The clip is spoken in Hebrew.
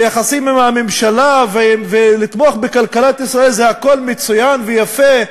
ליחסים עם הממשלה ולתמוך בכלכלת ישראל זה הכול מצוין ויפה,